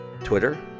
Twitter